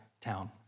town